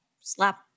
slap